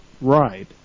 ride